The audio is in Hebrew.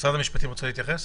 משרד המשפטים רוצה להתייחס?